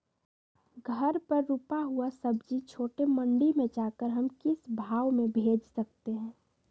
घर पर रूपा हुआ सब्जी छोटे मंडी में जाकर हम किस भाव में भेज सकते हैं?